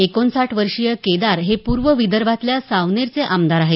एकोणसाठ वर्षीय केदार हे पूर्व विदर्भातल्या सावनेरचे आमदार आहेत